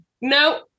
No